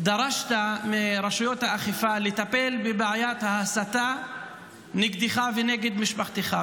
דרשת מרשויות האכיפה לטפל בבעיית ההסתה נגדך ונגד משפחתך.